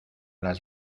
las